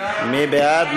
מי בעד?